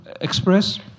express